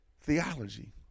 theology